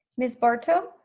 miss barto?